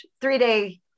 three-day